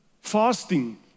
fasting